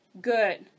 Good